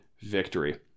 victory